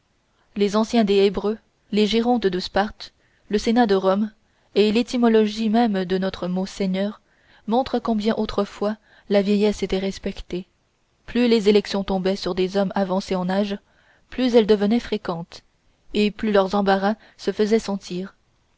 les anciens des hébreux les gérontes de sparte le sénat de rome et l'étymologie même de notre mot seigneur montrent combien autrefois la vieillesse était respectée plus les élections tombaient sur des hommes avancés en âge plus elles devenaient fréquentes et plus leurs embarras se faisaient sentir